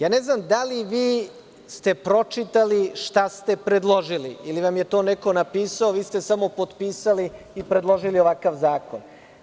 Ne znam da li ste vi pročitali šta ste predložili ili vam je to neko napisao, vi ste samo potpisali i predložili ovakav zakon.